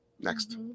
Next